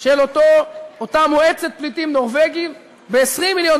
של אותה "מועצת הפליטים הנורבגית" ב-20 מיליון